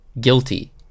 guilty